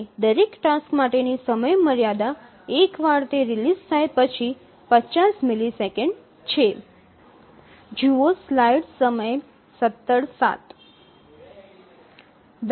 અને દરેક ટાસ્ક માટેની સમયમર્યાદા એકવાર તે રિલીઝ થાય પછી 50 મિલિસેકંડ છે